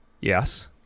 Yes